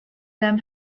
them